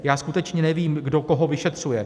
Já skutečně nevím, kdo koho vyšetřuje.